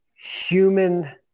human